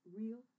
real